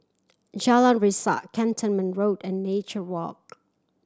Jalan Resak Cantonment Road and Nature Walk